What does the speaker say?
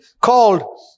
called